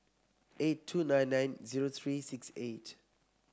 eight two nine nine zero three six eight